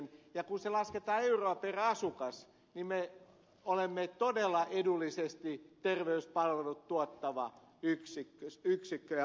kun se lasketaan euroa per asukas niin me olemme todella edullisesti terveyspalvelut tuottava yksikkö ja maa